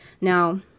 Now